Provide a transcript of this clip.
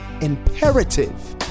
imperative